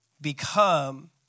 become